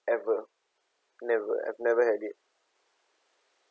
ever never I've never had it